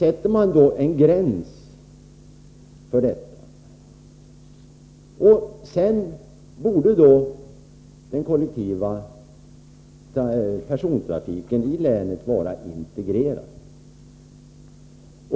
Efter denna tid borde den kollektiva persontrafiken vara integrerad.